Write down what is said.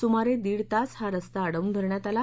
सुमारे दीड तास हा रस्ता अडवून धरण्यात आला